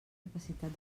capacitat